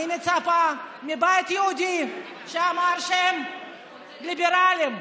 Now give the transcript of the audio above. אני מצפה מהבית היהודי, שאמר שהם ליברלים,